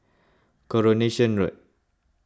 Coronation Road